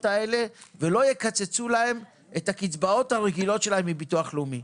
האלה ולא יקצצו להם את הקצבאות הרגילות שלהם מביטוח לאומי.